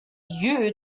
you